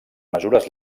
mesures